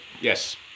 Yes